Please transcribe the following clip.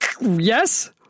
yes